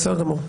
בסדר גמור.